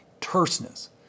Terseness